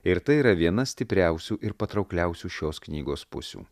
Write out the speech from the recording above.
ir tai yra viena stipriausių ir patraukliausių šios knygos pusių